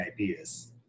ideas